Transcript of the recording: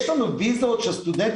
אנחנו מתחילים את דיוני הוועדה.